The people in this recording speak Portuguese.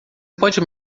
pode